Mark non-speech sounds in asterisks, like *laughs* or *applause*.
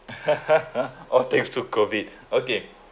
*laughs* all thanks to COVID okay